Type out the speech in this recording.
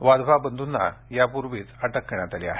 वाधवा बंधूंना यापूर्वीच अटक करण्यात आली आहे